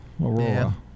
Aurora